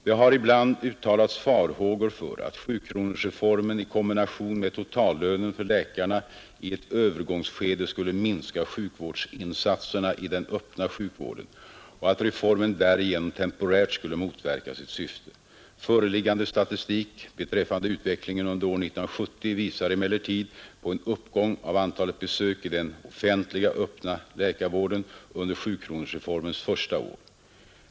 Det har ibland uttalats farhågor för att sjukronorsreformen i kombination med totallönen för läkarna i ett övergångsskede skulle minska sjukvårdsinsatserna i den öppna sjukvården och att reformen därigenom temporärt skulle motverka sitt syfte. Föreliggande statistik beträffande utvecklingen under år 1970 visar emellertid på en uppgång av antalet besök i den offentliga öppna läkarvärden under sjukronorsreformens första ar.